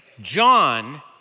John